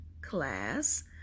Class